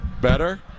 better